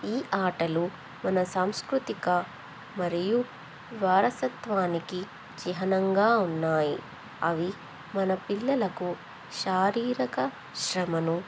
ఈ ఆటలు మన సాంస్కృతిక మరియు వారసత్వానికి చిహ్నంగా ఉన్నాయి అవి మన పిల్లలకు శారీరిక శ్రమను